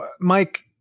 Mike